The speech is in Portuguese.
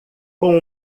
com